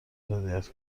هدایت